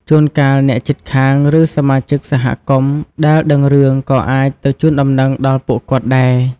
ជួនកាល អ្នកជិតខាង ឬសមាជិកសហគមន៍ដែលដឹងរឿង ក៏អាចទៅជូនដំណឹងដល់ពួកគាត់ដែរ។